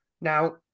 Now